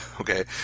Okay